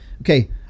Okay